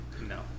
no